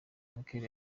merkel